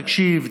תקשיב,